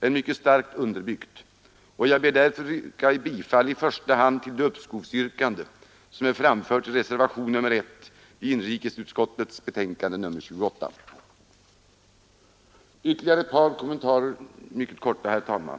är mycket starkt underbyggt. Jag ber därför att få yrka bifall i första hand till det uppskovsyrkande som är framfört i reservationen 1 vid inrikesutskottets betänkande nr 28. Ytterligare ett par kommentarer — mycket korta, herr talman!